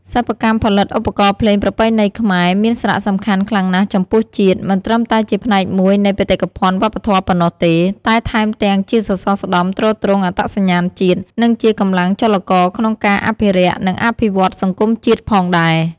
សិប្បកម្មផលិតឧបករណ៍ភ្លេងប្រពៃណីខ្មែរមានសារៈសំខាន់ខ្លាំងណាស់ចំពោះជាតិ មិនត្រឹមតែជាផ្នែកមួយនៃបេតិកភណ្ឌវប្បធម៌ប៉ុណ្ណោះទេ តែថែមទាំងជាសសរស្តម្ភទ្រទ្រង់អត្តសញ្ញាណជាតិ និងជាកម្លាំងចលករក្នុងការអភិរក្ស និងអភិវឌ្ឍន៍សង្គមជាតិផងដែរ។